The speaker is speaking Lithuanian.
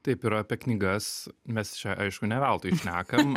taip ir apie knygas mes čia aišku ne veltui šnekam